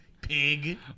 pig